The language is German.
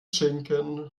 schinken